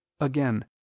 Again